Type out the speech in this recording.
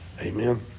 Amen